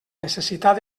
necessitat